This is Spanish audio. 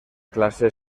clase